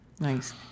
Nice